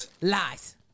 lies